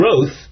growth